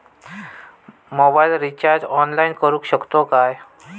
Mobile recharge online करुक शकतू काय?